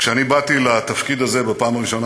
כשאני באתי לתפקיד הזה בפעם הראשונה,